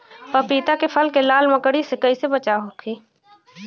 पपीता के फल के लाल मकड़ी से कइसे बचाव होखि?